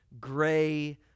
gray